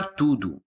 tudo